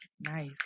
Nice